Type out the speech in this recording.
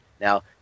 Now